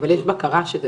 יש בקרה?